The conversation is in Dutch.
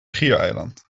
schiereiland